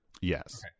Yes